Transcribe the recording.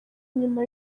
nyuma